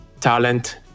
talent